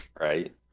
right